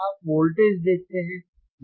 आप वोल्टेज देखते हैं